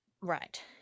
right